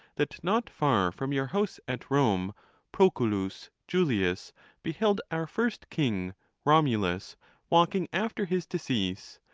that not far from your house at rome, proculus julius beheld our first king romulus walking after his decease,